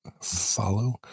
follow